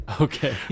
Okay